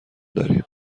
داریم